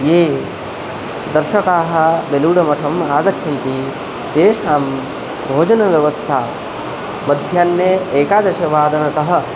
ये दर्शकाः वेलुढमठम् आगच्छन्ति तेषां भोजनव्यवस्था मध्याह्ने एकादशवादनतः